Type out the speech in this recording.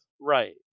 Right